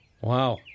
Wow